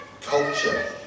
culture